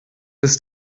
bis